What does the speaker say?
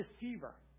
deceiver